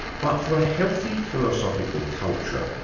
but for a healthy philosophical culture,